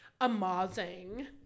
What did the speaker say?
Amazing